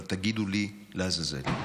אבל תגידו לי, לעזאזל,